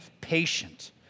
patient